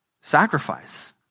sacrifice